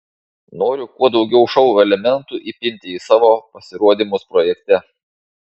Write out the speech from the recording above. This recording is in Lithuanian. noriu kuo daugiau šou elementų įpinti į savo pasirodymus projekte